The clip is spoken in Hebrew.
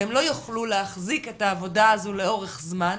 והם לא יוכלו להחזיק את העבודה הזו לאורך זמן,